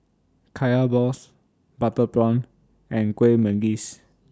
Kaya Balls Butter Prawn and Kueh Manggis